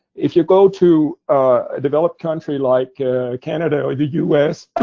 if you go to a developed country like canada or the us,